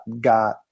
got